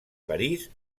parís